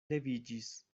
leviĝis